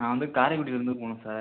நான் வந்து காரைக்குடிலேருந்து போகணும் சார்